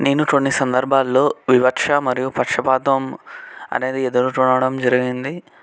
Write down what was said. నేను కొన్ని సందర్భాల్లో వివక్ష మరియు పక్షపాతం అనేది ఎదురుకోవడం జరిగింది